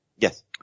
Yes